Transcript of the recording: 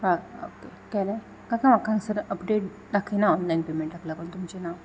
हा ओके केलें काका म्हाका हांगसर अपडेट दाखयना ऑनलायन पेमेंटाक लागून तुमचें नांव